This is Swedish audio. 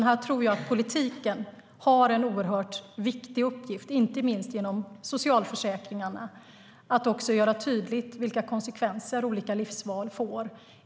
Här tror jag att politiken har en oerhört viktig uppgift, inte minst genom socialförsäkringarna, när det gäller att göra tydligt vilka konsekvenser olika livsval får.